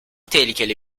tehlikeli